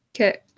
Okay